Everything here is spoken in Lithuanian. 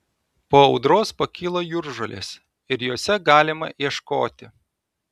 po audros pakyla jūržolės ir jose galima ieškoti